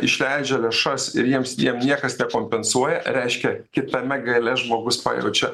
išleidžia lėšas ir jiems jam niekas nekompensuoja reiškia kitame gale žmogus pajaučia